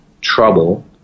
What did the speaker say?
trouble